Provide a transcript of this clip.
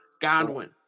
Godwin